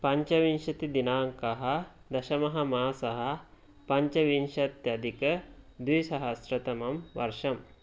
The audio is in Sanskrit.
पञ्चविंशतिदिनाङ्कः दशममासः पञ्चविंशत्यधिक द्विसहस्रतमं वर्षम्